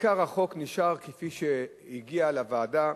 עיקר החוק נשאר כפי שהגיע לוועדה,